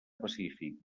pacífic